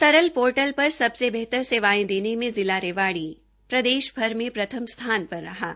सरल पोर्टल पर सबसे बेहतर सेवाएं देने में जिला रेवाड़ी प्रदेषभर में प्रथम स्थान पर रहा है